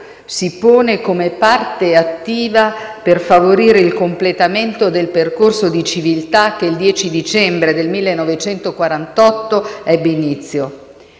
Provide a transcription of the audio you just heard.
si pone come parte attiva per favorire il completamento del percorso di civiltà che il 10 dicembre del 1948 ebbe inizio.